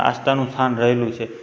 આસ્થાનું સ્થાન રહેલું છે